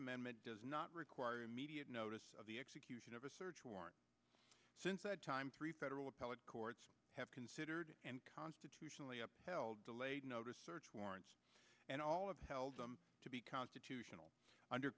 amendment does not require immediate notice of the execution of a search warrant since that time three federal appellate courts have considered and constitutionally upheld delayed notice search warrants and all of held them to be constitutional under